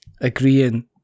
agreeing